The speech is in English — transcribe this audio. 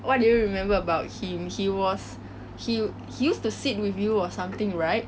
what did you remember about him he was he he used to sit with you or something right